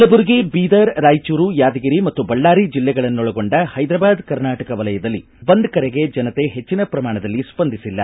ಕಲಬುರಗಿ ಬೀದರ್ ರಾಯಚೂರು ಯಾದಗಿರಿ ಮತ್ತು ಬಳ್ಳಾರಿ ಜಿಲ್ಲೆಗಳನ್ನೊಳಗೊಂಡ ಹೈದರಾಬಾದ್ ಕರ್ನಾಟಕ ವಲಯದಲ್ಲಿ ಬಂದ್ ಕರೆಗೆ ಜನತೆ ಹೆಚ್ಚಿನ ಪ್ರಮಾಣದಲ್ಲಿ ಸ್ಪಂದಿಸಿಲ್ಲ